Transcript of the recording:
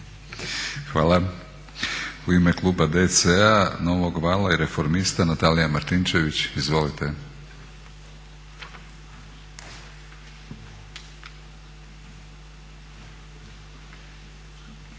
Hvala. U ime kluba DC-a, Novog vala i reformista Natalija Martinčević, izvolite.